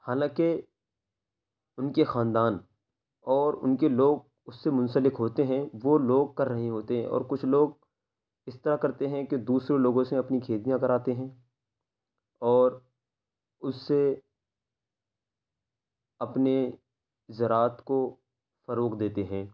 حالاں کہ ان کے خاندان اور ان کے لوگ اس سے منسلک ہوتے ہیں وہ لوگ کر رہے ہوتے ہیں اور کچھ لوگ اس طرح کرتے ہیں کہ دوسرے لوگوں سے اپنی کھیتیاں کراتے ہیں اور اس سے اپنے زراعت کو فروغ دیتے ہیں